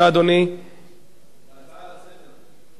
הצעה מס' 8066,